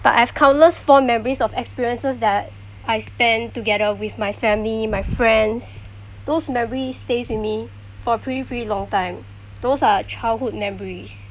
but I've countless fond memories of experiences that I spend together with my family my friends those memory stays with me for a pretty pretty long time those are childhood memories